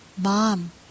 Mom